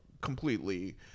completely